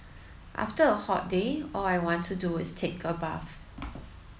after a hot day all I want to do is take a bath